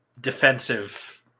defensive